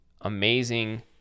amazing